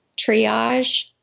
triage